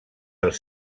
els